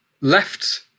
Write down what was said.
left